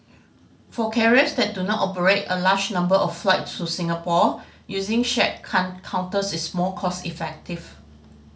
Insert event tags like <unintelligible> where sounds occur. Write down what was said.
for carriers that do not operate a large number of flights to Singapore using shared <unintelligible> counters is more cost effective